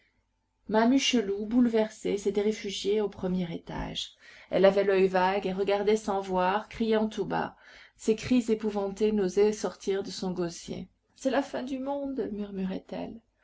mame hucheloup bouleversée s'était réfugiée au premier étage elle avait l'oeil vague et regardait sans voir criant tout bas ses cris épouvantés n'osaient sortir de son gosier c'est la fin du monde